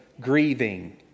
Grieving